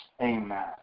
Amen